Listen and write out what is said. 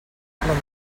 plantar